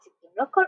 מנסרים, מציקים.